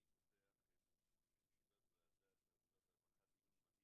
אני פותח את ישיבת ועדת העבודה והרווחה,